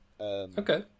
Okay